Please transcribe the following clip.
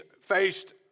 faced